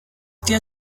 der